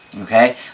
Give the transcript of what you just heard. okay